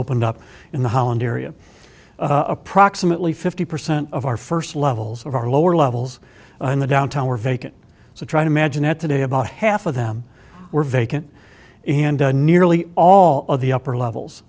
opened up in the holland area approximately fifty percent of our first levels of our lower levels in the downtown were vacant so try to imagine it today about half of them were vacant and nearly all of the upper levels